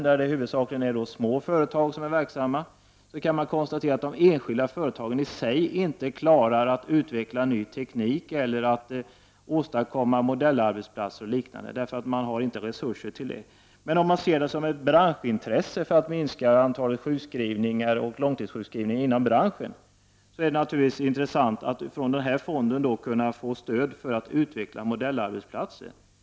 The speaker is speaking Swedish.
Där är det i huvudsak små företag som är verksamma, och man kan konstatera att de enskilda företagen i sig inte klarar att utveckla ny teknik eller att åstadkomma modellarbetsplatser och liknande. De har inte resurser till det. Men om man ser det som ett branschintresse att minska antalet sjukskrivningar och långtidssjukskrivningar är det naturligtvis intressant att från denna fond kunna få stöd för att utveckla modellarbetsplatser.